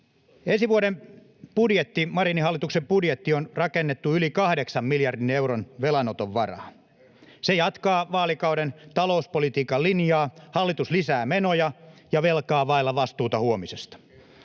Ensi vuoden budjetti, Marinin hallituksen budjetti, on rakennettu yli kahdeksan miljardin euron velanoton varaan. Se jatkaa vaalikauden talouspolitiikan linjaa: hallitus lisää menoja ja velkaa vailla vastuuta huomisesta.